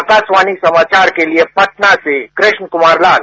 आकाशवाणी समाचार के लिये पटनासे कृष्ण कुमार लाल